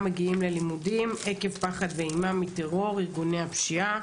מגיעים ללימודים עקב פחד ואימה מטרור ארגוני הפשיעה",